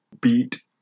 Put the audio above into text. beat